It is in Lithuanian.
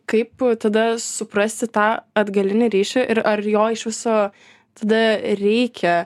kaip tada suprasti tą atgalinį ryšį ir ar jo iš viso tada reikia